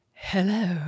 Hello